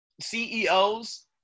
CEOs